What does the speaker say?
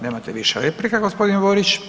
Nemate više replika gospodine Borić.